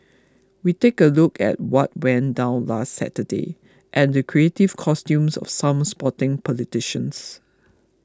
we take a look at what went down last Saturday and the creative costumes of some sporting politicians